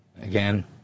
Again